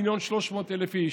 מיליון ו-300,000 איש,